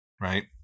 right